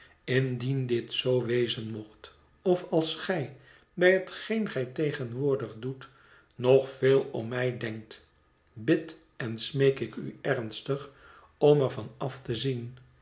indien dit zoo wezen mocht of als gij bij hetgeen gij tegenwoordig doet nog veel om mij denkt bid en smeek ik u ernstig om er van af te zien